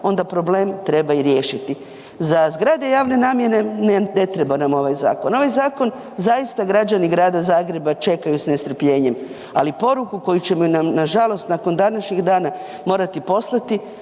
onda problem treba i riješiti. Za zgrade javne namjene ne treba nam ovaj zakon, ovaj zakon zaista građani grada Zagreba čekaju s nestrpljenjem, ali poruku koju ćemo nažalost nakon današnjeg dana morati poslati,